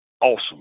Awesome